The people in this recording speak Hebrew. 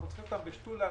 אנחנו צריכים אותם בשתולה,